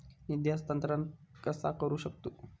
निधी हस्तांतर कसा करू शकतू?